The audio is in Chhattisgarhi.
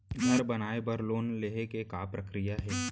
घर बनाये बर लोन लेहे के का प्रक्रिया हे?